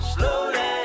Slowly